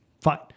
Fine